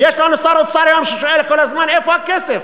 ויש לנו היום שר אוצר ששואל כל הזמן איפה הכסף.